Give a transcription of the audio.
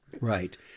Right